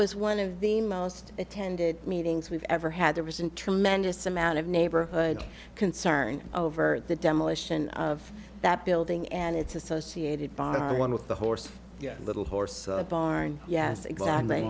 was one of the most attended meetings we've ever had a recent tremendous amount of neighborhood concern over the demolition of that building and its associated bar one with the horse a little horse barn yes exactly